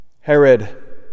Herod